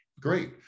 Great